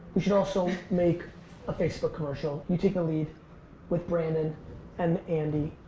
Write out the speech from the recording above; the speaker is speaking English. you should also make a facebook commercial. you take the lead with brandon and andy.